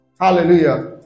Hallelujah